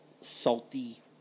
salty